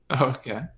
Okay